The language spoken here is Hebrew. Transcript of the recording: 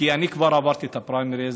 כי אני כבר עברתי את הפריימריז,